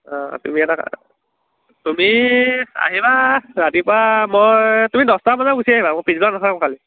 অঁ তুমি এটা তুমি আহিবা ৰাতিপুৱা মই তুমি দছটামান বজাত গুচি আহিবা মই পিছবেলা নাথাকো কাইলৈ